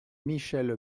michèle